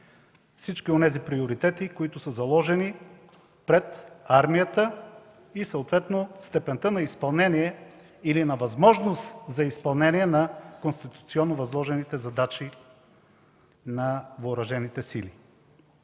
всички приоритети, заложени пред армията, и съответно степента на изпълнение или на възможност за изпълнение на конституционно възложените задачи на Въоръжените сили.